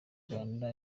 rwanda